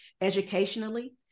educationally